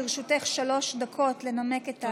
לרשותך שלוש דקות לנמק את ההצעה.